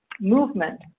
movement